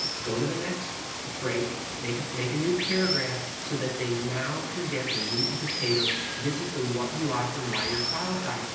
go to the next break, make make a new paragraph so that they now can get the meat and potatoes. this is the what you offer and why you're qualified.